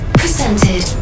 presented